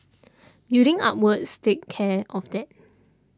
building upwards takes care of that